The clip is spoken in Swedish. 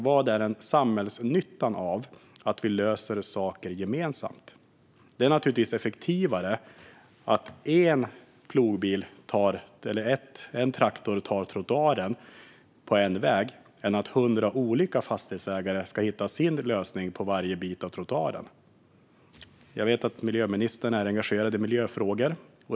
Vad är samhällsnyttan av att vi löser saker gemensamt? Det är naturligtvis effektivare att en traktor tar trottoaren på en väg än att hundra olika fastighetsägare ska hitta sin lösning på varje bit av trottoaren. Jag vet att miljöministern är engagerad i miljöfrågor.